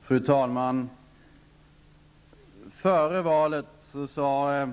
Fru talman! Före valet sade